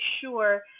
sure